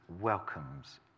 welcomes